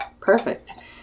Perfect